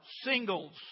singles